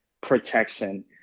protection